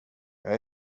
jag